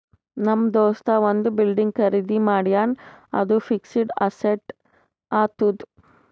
ನಮ್ ದೋಸ್ತ ಒಂದ್ ಬಿಲ್ಡಿಂಗ್ ಖರ್ದಿ ಮಾಡ್ಯಾನ್ ಅದು ಫಿಕ್ಸಡ್ ಅಸೆಟ್ ಆತ್ತುದ್